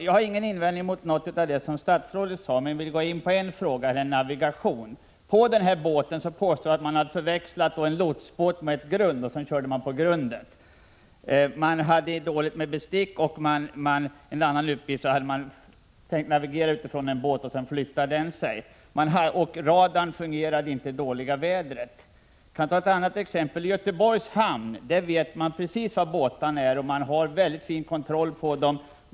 Jag har ingen invändning emot något av det som statsrådet sade, men jag vill gå in på en fråga — navigationen. På den här båten påstår man att man har förväxlat en lotsbåt med ett grund. Sedan körde man på grundet. Man hade dåligt med bestick. Enligt en uppgift hade man tänkt navigera utifrån positionen för en annan båt — och så flyttade den sig. Radarn fungerade inte i det mycket dåliga vädret. I Göteborgs hamn vet man precis var båtarna är, och man har en väldigt fin kontroll på dem.